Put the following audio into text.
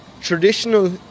traditional